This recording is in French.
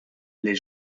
les